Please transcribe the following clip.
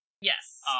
yes